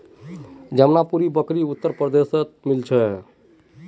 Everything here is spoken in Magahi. जमानुपारी बकरी उत्तर प्रदेशत मिल छे